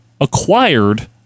acquired